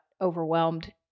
overwhelmed